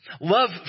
Love